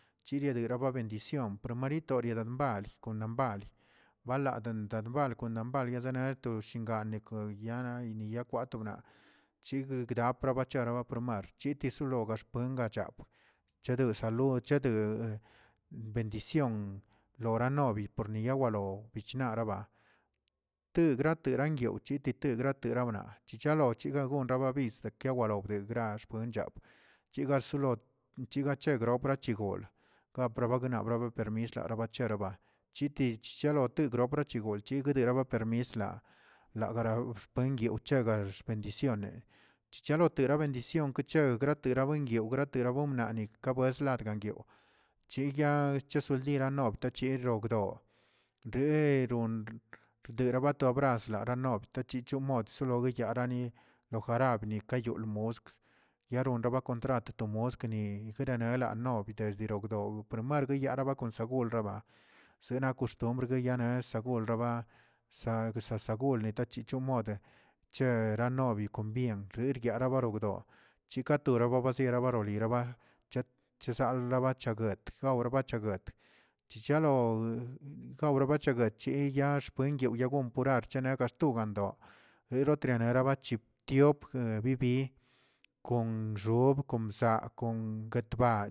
Chigriba bendición promarito de danbali danbali, bala balyezeneto shil ganeke kwana eneyet chgri charpaba depromueart tesilongo xpuebachanglla chede salud chede bendiion yolanovi porlayalo tegrati yawchi tegrate nawga chichalo gagon raba bizə de kaw dawde grach bechaw chega solo chega bret gol ka breba bet permis lara bacherat chiti chichalo betgraw gol chigui dedara bart permis alaa lawbera xpengyiwcheꞌ lax bendicione chicharotega bendición che gratera buin wgratera buenani ka bues ladgan yow chiya chesoldiranob chiro gdob reron deregna to abras ranob tachichon gsolo yenarani lo jarab nikayoo mosklə yaron re contrat to moskə neꞌ genera lanobi guirobdow por magri yaraba sagul yaba sena koxtombr deyane sagul xaba sa saful tachechani muade chegane kobi konrrien yara baragdoo chikato rerabasiera bə lira chisalchala chaguet jawra bacheguet chichalo robecheguet chiꞌ yaax puen yabin gobenweꞌ archene gaxtogan nerotra neregab tiopg bibi kon xob kon bzaa mm guetbach.